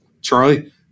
Charlie